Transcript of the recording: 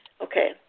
Okay